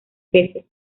peces